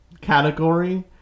category